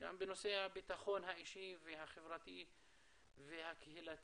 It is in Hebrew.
גם בנושא הביטחון האישי והחברתי והקהילתי,